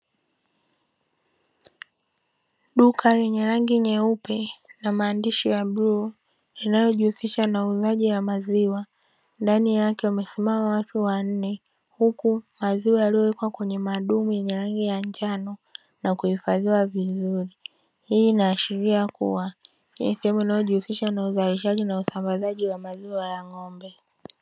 Duka linye rangi nyeupe na maandishi ya bluu inayojihusisha na uuzaji wa maziwa ndani yake wamesimama watu wanne, huku maziwa yaliyowekwa kwenye madumu ya rangi ya njano na kuhifadhiwa vizuri hii inaashiria kuwa inayojihusisha na uzalishaji na usambazaji wa maziwa ya ng'ombe.